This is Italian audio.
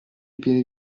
pieni